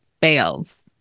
fails